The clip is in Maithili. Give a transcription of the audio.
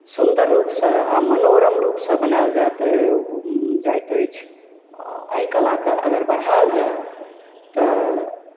सुन्दर रूपसँ आ मनोरम रूपसँ बनायल जायत अछि आ एहि कलाकेँ अगर बढ़ायल जाय तऽ